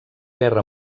guerra